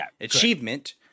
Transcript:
achievement